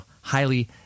highly